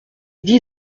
dit